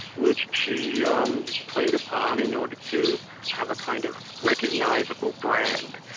which she um played upon in order to have a kind of recognisable brand.